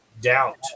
doubt